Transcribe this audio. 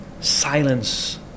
Silence